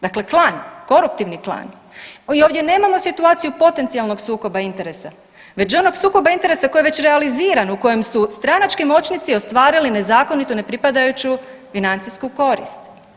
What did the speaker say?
Dakle klan, koruptivni klan, mi ovdje nemamo situaciju potencijalnog sukoba interesa već onog sukoba interesa koji je već realiziran, u kojem su stranački moćnici ostvarili nezakonitu, nepripadajuću financijsku korist.